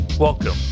Welcome